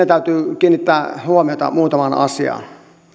täytyy kiinnittää huomiota muutamaan asiaan